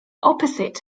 opposite